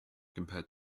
compared